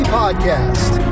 podcast